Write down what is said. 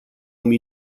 mii